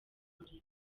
umuriro